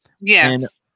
Yes